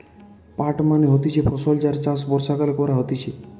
পাট মানে হতিছে ফসল যার চাষ বর্ষাকালে করা হতিছে